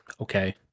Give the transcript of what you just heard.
okay